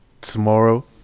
tomorrow